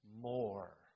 more